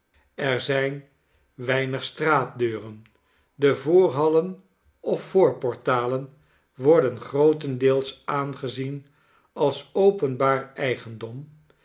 er zijn weinig straatdeuren de voorhallen of voorportalen worden grootendeels aangezien als openbaar eigendom